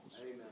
Amen